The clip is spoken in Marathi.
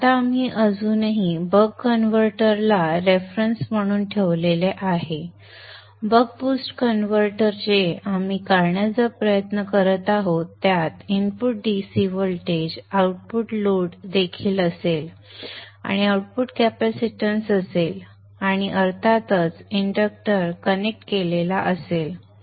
आता आपण अजूनही बक कन्व्हर्टर ला रेफरन्स म्हणून ठेवले आहे बक बूस्ट कन्व्हर्टर जे आपण काढण्याचा प्रयत्न करत आहोत त्यात input DC voltage output load देखील असेल आणि आउटपुट कॅपेसिटन्स असेल आणि अर्थातच इंडक्टर कनेक्ट केलेला असेल